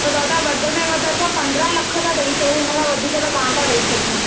त दादा वधि में वधि असां पंद्रहां लख था ॾेई सघूं हुनखां वधीक त कान था ॾेई सघूं